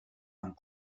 amb